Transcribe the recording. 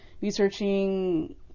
researching